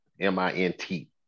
M-I-N-T